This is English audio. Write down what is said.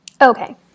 Okay